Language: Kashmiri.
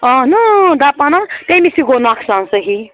آ نا دَپان ہاو تٔمِس تہِ گوٚو نۄقصان صحیح